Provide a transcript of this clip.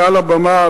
על הבמה,